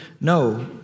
no